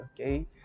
okay